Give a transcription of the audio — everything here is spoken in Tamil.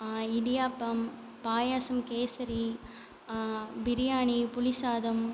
இடியாப்பம் பாயாசம் கேசரி பிரியாணி புளிசாதம்